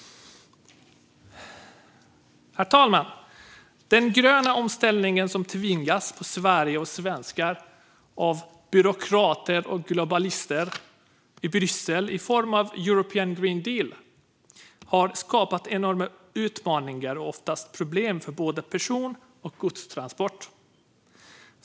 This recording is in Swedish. Herr talman! Den gröna omställning som påtvingas Sverige och svenskarna av byråkrater och globalister i Bryssel i form av European Green Deal har skapat enorma utmaningar och oftast problem för både person och godstransporter.